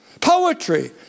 Poetry